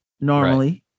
Normally